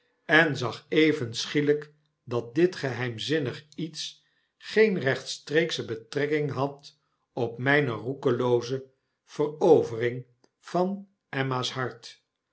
en zag even schielyk dat dit geheimzinnig iets geen rechtstreeksche betrekking had op myne roekeloozeverovering van emma's hart